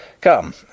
Come